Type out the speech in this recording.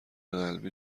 قلبی